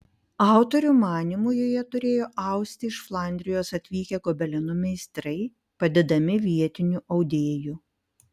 autorių manymu joje turėjo austi iš flandrijos atvykę gobeleno meistrai padedami vietinių audėjų